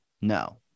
No